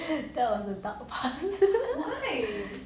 that was a dark past